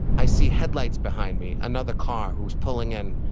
i see headlights behind me, another car who's pulling in,